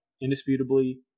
indisputably